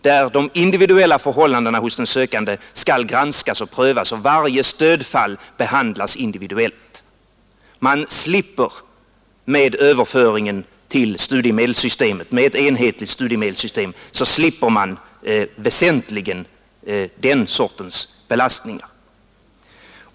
Där skall förhållandena hos den sökande granskas och prövas och varje stödfall behandlas individuellt. I och med övergång till ett enhetligt studiemedelssystem slipper man väsentligen den sortens belastningar.